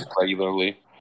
regularly